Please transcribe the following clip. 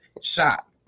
shot